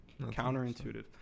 counterintuitive